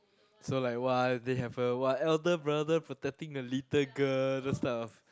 so like !wah! they have a !wah! elder brother protecting the little girl those type of